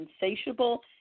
insatiable